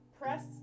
Press